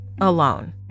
alone